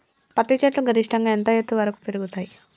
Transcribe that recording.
పత్తి చెట్లు గరిష్టంగా ఎంత ఎత్తు వరకు పెరుగుతయ్?